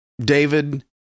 David